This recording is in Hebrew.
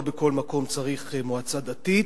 לא בכל מקום צריך מועצה דתית.